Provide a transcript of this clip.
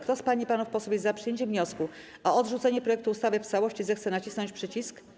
Kto z pań i panów posłów jest za przyjęciem wniosku o odrzucenie projektu ustawy w całości, zechce nacisnąć przycisk.